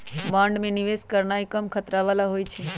bond में निवेश करनाइ कम खतरा बला होइ छइ